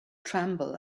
tremble